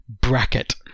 bracket